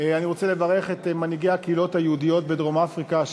אני רוצה לברך את מנהיגי הקהילות היהודיות בדרום-אפריקה,